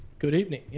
good evening, yeah.